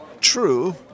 True